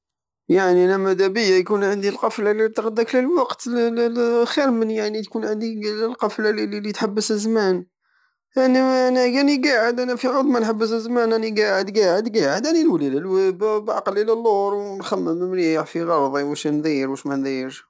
يعني انا مادابية يكون عندي القفلة الي تردك في الوقت للا- خيرمن يعني تكون عندي القفلة الي- الي تحبس الزمان انا- انيا راني قاعد في عود من حبس الزمان راني قاعد قاعد قاعد راني نولي لو- بعقلي للور ونخمم مليح في غرضي وش ندير وش منديرش